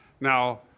Now